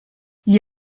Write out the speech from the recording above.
gli